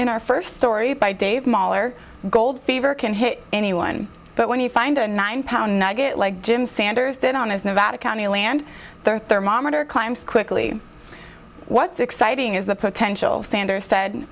in our first story by dave moller gold fever can hit anyone but when you find a nine pound nugget like jim sanders did on his nevada county land therm ometer climbs quickly what's exciting is the potential sanders said